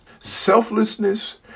selflessness